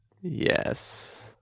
Yes